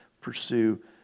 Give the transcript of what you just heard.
pursue